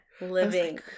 living